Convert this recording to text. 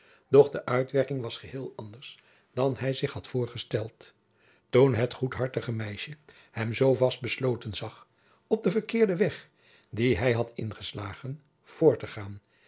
doch de uitwerking was geheel anders dan hij zich had voorgesteld toen het goedhartige meisje hem zoo vast besloten zag op den verkeerden weg dien hij had ingeslagen voort te gaan